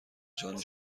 جان